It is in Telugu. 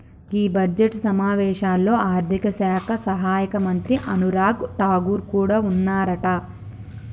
గీ బడ్జెట్ సమావేశాల్లో ఆర్థిక శాఖ సహాయక మంత్రి అనురాగ్ ఠాగూర్ కూడా ఉన్నారట